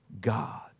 God